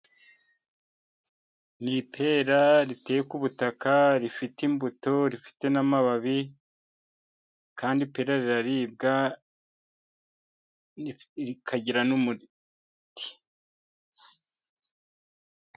Ni ipera riteye ku butaka, rifite imbuto, rifite n'amababi. Kandi ipera riraribwa rikagira n'umuti.